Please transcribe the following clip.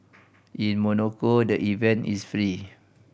in Monaco the event is free